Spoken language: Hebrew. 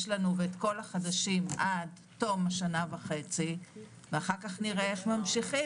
לנו ואת כל החדשים עד תום השנה וחצי ואחר כך נראה איך ממשיכים.